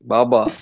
Baba